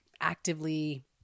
actively